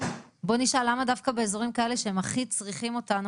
בואי נשאל למה דווקא באזורים כאלה שהם הכי צריכים אותנו,